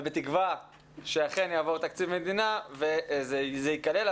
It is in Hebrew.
ובתקווה שאכן כשיעבור תקציב מדינה זה ייכלל.